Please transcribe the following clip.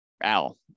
al